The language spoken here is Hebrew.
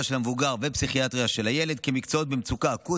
של המבוגר ופסיכיאטריה של הילד כמקצעות במצוקה אקוטית,